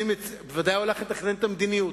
הוא בוודאי הלך לתכנן את המדיניות,